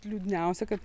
liūdniausia kad